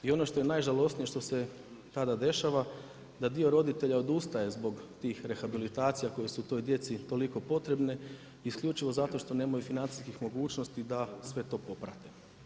I ono što je najžalosnije, što se tada dešava, da dio roditelja odustaje zbog tih rehabilitacija koje su toj djeci toliko potrebne isključivo zato što nemaju financijskih mogućnosti da sve to poprate.